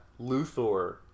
Luthor